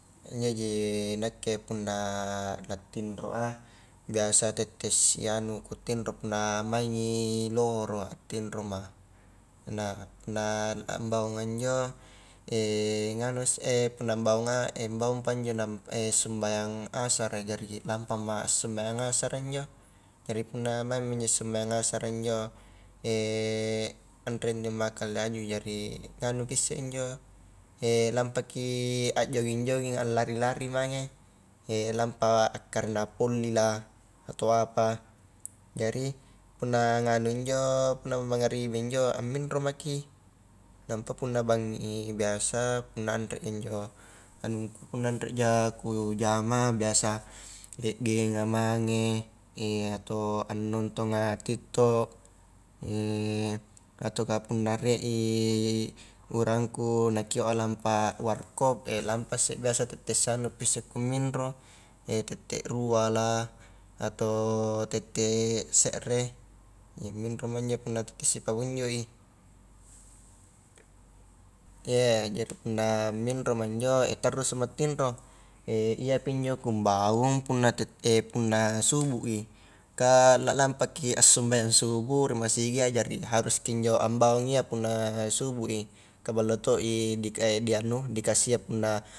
Injoji nakke punna latinro a, biasa tette sianu kutinro punna maingi lohoro a tinroma, nah punna ambaunga injo nganu isse punna mbaunga, mbaungpa injo nampa sumbayang asarai, jari lampama sumbayang asara injo, jari punna maingmi injo sumbayang asara injo anremi maka la nihaju, jari nganupi isse injo lampaki a joging-joging, a lari-lari mange, lampa karena volli lah atau apa, jari punna nganu injo punna mangaribi injo aminro maki, nampa punna bangngi i biasa punna anre injo anungku punna anreja kujama biasa a gemnga mange, atau anontonga tiktok ataukah punna rie i urangku nakioa lampa warkop, lampa a isse biasa tette sianupi isse ku minro, tette rua lah atau tette sekre, jadi minroma injo punna tette sipakunjoi, jari punna minroma injo tarrusuma tinro, iyapi injo ku mbaung punna tet punna subuh i, ka la lampaki a sumbayang subuh ri masigi a jari haruski injo ambaung iya punna subuh, i ka ballo toi dik di anu di kasia punna.